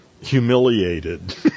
humiliated